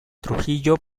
trujillo